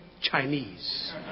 Chinese